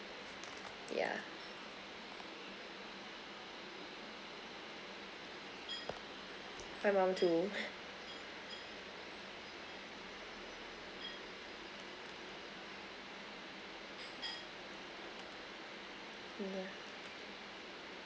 yeah my mum too mm yeah